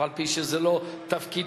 אף-על-פי שזה לא תפקידי,